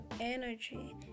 energy